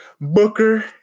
Booker